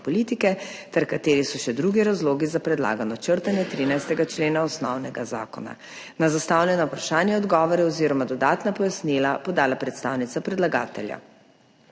ter kateri so še drugi razlogi za predlagano črtanje 13. člena osnovnega zakona. Na zastavljena vprašanja je odgovore oziroma dodatna pojasnila podala predstavnica predlagatelja.